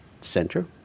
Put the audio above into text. center